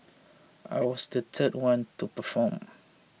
I was the third one to perform